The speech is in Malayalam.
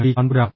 ടി കാൺപൂരാണ്